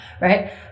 right